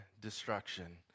destruction